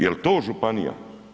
Jel to županija?